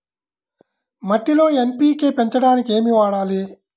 మట్టిలో ఎన్.పీ.కే పెంచడానికి ఏమి వాడాలి?